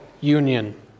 Union